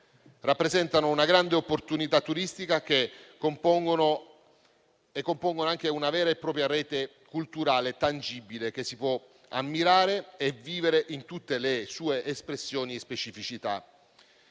Rappresentano una grande opportunità turistica e compongono anche una vera e propria rete culturale tangibile, che si può ammirare e vivere in tutte le sue espressioni e specificità.